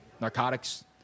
narcotics